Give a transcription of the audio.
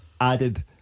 added